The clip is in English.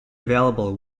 available